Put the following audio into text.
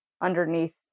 underneath